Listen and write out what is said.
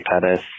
Pettis